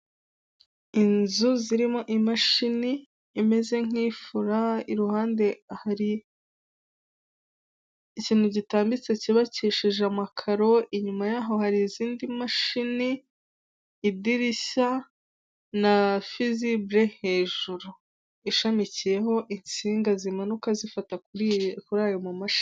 Inzu zirimo imashini imeze nk'ifura, i ruhande hari ikintu gitambitse cyubakishije amakaro, inyuma yaho hari izindi mashini, idirishya na fizibure hejuru, ishamikiyeho insinga zimanuka zifata kuri kuri ayo ma mashini.